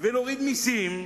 להוריד מסים,